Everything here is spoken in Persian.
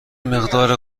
مقدار